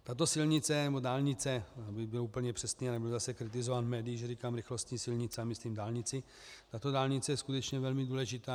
Tato silnice, nebo dálnice, abych byl úplně přesný a nebyl zase kritizován médii, že říkám rychlostní silnice a myslím dálnici, tato dálnice je skutečně velmi důležitá.